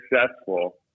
successful